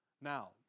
Now